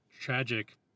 tragic